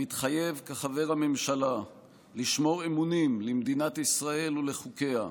מתחייב כחבר הממשלה לשמור אמונים למדינת ישראל ולחוקיה,